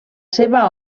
seva